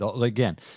again